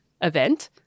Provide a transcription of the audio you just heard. event